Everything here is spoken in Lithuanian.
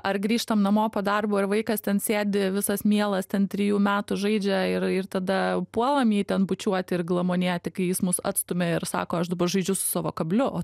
ar grįžtam namo po darbo ir vaikas ten sėdi visas mielas ten trijų metų žaidžia ir ir tada puolam jį ten bučiuot ir glamonėti kai jis mus atstumia ir sako aš dabar žaidžiu savo kabliu o